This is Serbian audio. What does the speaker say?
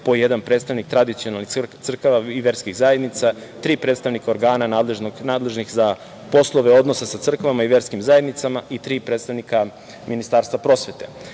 po jedan predstavnik tradicionalne crkve i verskih zajednica, tri predstavnika nadležnih za poslove odnosa sa crkvama i verskim zajednicama i tri predstavnika Ministarstva prosvete. Zakonskim